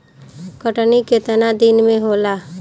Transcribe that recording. कटनी केतना दिन में होला?